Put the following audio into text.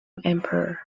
emperor